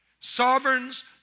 Sovereigns